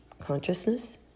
consciousness